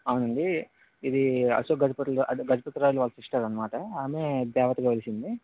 అవునండి ఇది అశోక్ గజపతుల అదే గజపతి రాయలవారి సిస్టర్ అన్న మాట ఆమె దేవతగా వెలిసింది